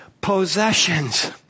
Possessions